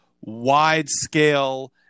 wide-scale –